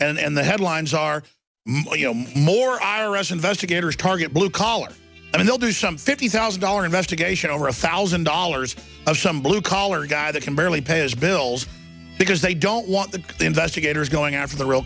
and the headlines are you know more i r s investigators target blue collar i mean they'll do some fifty thousand dollar investigation over a thousand dollars of some blue collar guy that can barely pay his bills because they don't want the investigators going after the real